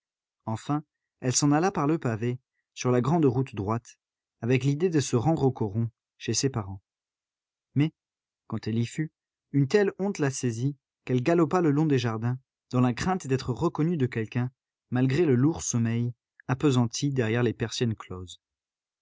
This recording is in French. enfin elle s'en alla par le pavé sur la grande route droite avec l'idée de se rendre au coron chez ses parents mais quand elle y fut une telle honte la saisit qu'elle galopa le long des jardins dans la crainte d'être reconnue de quelqu'un malgré le lourd sommeil appesanti derrière les persiennes closes